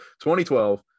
2012